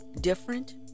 different